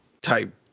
type